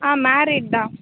ஆ married தான்